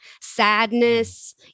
sadness